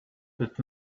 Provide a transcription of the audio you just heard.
but